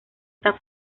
está